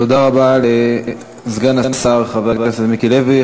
תודה רבה לסגן השר חבר הכנסת מיקי לוי.